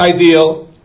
ideal